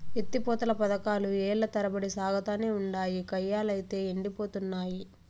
ఎత్తి పోతల పదకాలు ఏల్ల తరబడి సాగతానే ఉండాయి, కయ్యలైతే యెండిపోతున్నయి